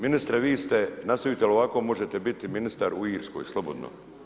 Ministre vi ste, nastavite li ovako možete biti ministar u Irskoj, slobodno.